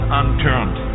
unturned